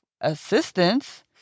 assistance